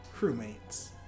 crewmates